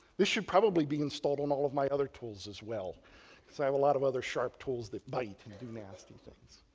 this should probably be installed in all of my other tools as well because i have a lot of other sharp tools that bite and do nasty things.